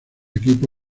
equipo